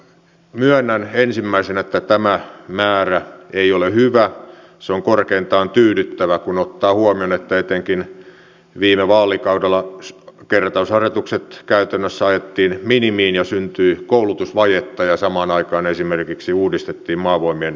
myönnän ensimmäisenä että tämä määrä ei ole hyvä se on korkeintaan tyydyttävä kun ottaa huomioon että etenkin viime vaalikaudella kertausharjoitukset käytännössä ajettiin minimiin ja syntyi koulutusvajetta ja samaan aikaan esimerkiksi uudistettiin maavoimien taistelutapa